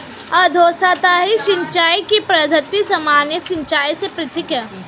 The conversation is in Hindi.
अधोसतही सिंचाई की पद्धति सामान्य सिंचाई से पृथक है